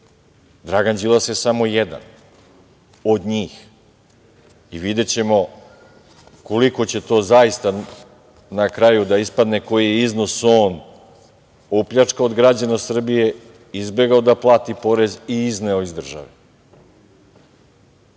Dragan Đilas je samo jedan od njih i videćemo koliko će to zaista na kraju da ispadne, koji je iznos on opljačkao od građana Srbije, izbegao da plati porez i izneo iz države. Sad